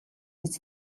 биз